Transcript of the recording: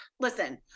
Listen